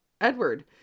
Edward